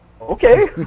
Okay